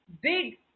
big